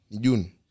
June